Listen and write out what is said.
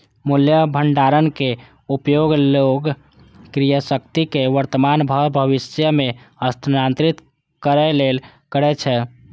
मूल्य भंडारक उपयोग लोग क्रयशक्ति कें वर्तमान सं भविष्य मे स्थानांतरित करै लेल करै छै